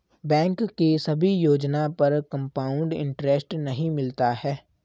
bank के सभी योजना पर कंपाउड इन्टरेस्ट नहीं मिलता है